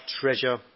treasure